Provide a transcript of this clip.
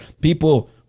people